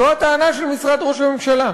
זו הטענה של משרד ראש הממשלה.